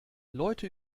leute